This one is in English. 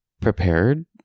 prepared